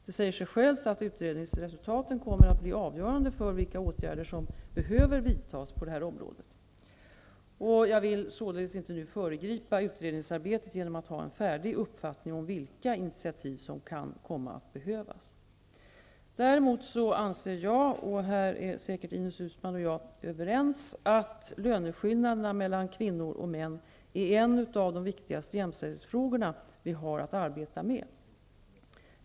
Det säger sig självt att utredningsresultaten kommer att bli avgörande för vilka åtgärder som behöver vidtas på detta område. Jag vill således inte nu föregripa utredningsarbetet genom att ha en färdig uppfattning om vilka initiativ som kan komma att behövas. Däremot anser jag -- och här är säkert Ines Uusmann och jag överens -- att löneskillnaderna mellan kvinnor och män är en av de viktigaste jämställdhetsfrågorna vi har att arbeta med.